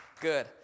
good